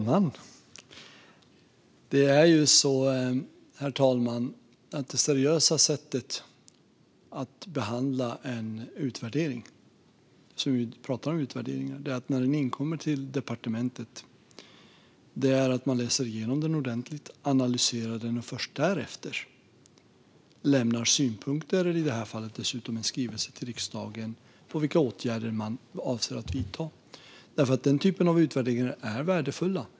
Herr talman! Det seriösa sättet att behandla en utvärdering är att man läser igenom den ordentligt när den kommer in till departementet och analyserar den, och först därefter lämnar man synpunkter och i det här fallet också en skrivelse till riksdagen om vilka åtgärder man avser att vidta. Den typen av utvärderingar är värdefulla.